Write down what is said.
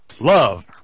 love